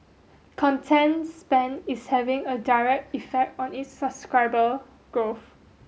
content spend is having a direct effect on its subscriber growth